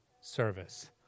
service